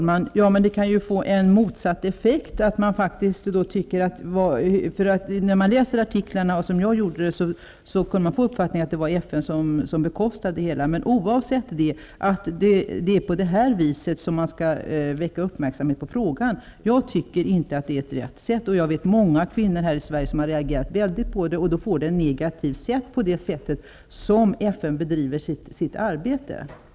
Fru talman! Detta kan nu få motsatt effekt. När man läser dessa artiklar kan man nämligen få uppfattningen att det var FN som bekostade det hela. Men jag tycker inte att detta är ett riktigt sätt att väcka uppmärksamhet för frå gan. Jag vet många kvinnor här i Sverige som har reagerat kraftigt på detta, och då kan man få en negativ syn på det sätt som ett FN-organ bedriver sitt ar bete.